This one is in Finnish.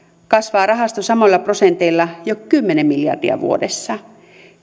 kasvaa rahasto samoilla prosenteilla jo kymmenen miljardia vuodessa